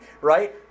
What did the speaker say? right